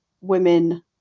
women